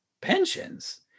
pensions